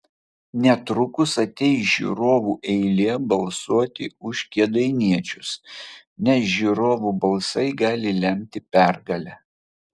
netrukus ateis žiūrovų eilė balsuoti už kėdainiečius nes žiūrovų balsai gali lemti pergalę